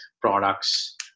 products